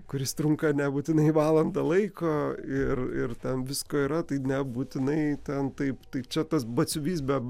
kuris trunka nebūtinai valandą laiko ir ir ten visko yra tai nebūtinai ten taip tai čia tas batsiuvys be